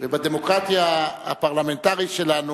בדמוקרטיה הפרלמנטרית שלנו.